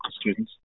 students